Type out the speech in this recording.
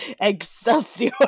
Excelsior